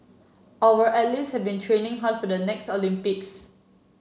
our athletes have been training hard for the next Olympics